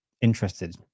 interested